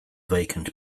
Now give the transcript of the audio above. vacant